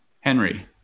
Henry